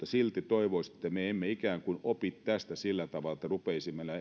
silti toivoisin että me emme ikään kuin opi tästä sillä tavalla että rupeaisimme